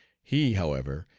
he, however,